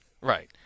Right